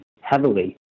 heavily